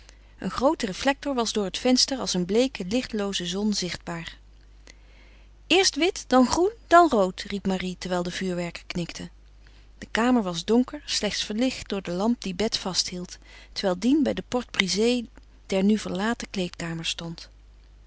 een groote reflector was door het venster als een bleeke lichtlooze zon zichtbaar eerst wit dan groen dan rood riep marie terwijl de vuurwerker knikte de kamer was donker slechts verlicht door de lamp die bet vasthield terwijl dien bij de porte-brisée der nu verlaten kleedkamer stond